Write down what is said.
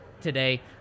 today